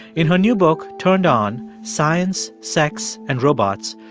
in her new book, turned on science, sex and robots,